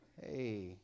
hey